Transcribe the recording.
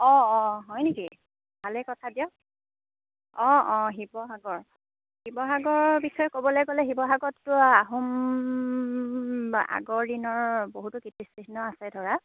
অঁ অঁ হয় নেকি ভালেই কথা দিয়ক অঁ অঁ শিৱসাগৰ শিৱসাগৰৰ বিষয়ে ক'বলৈ গ'লে শিৱসাগৰততো আহোম বা আগৰ দিনৰ বহুতো কীৰ্তিচিহ্ন আছে ধৰা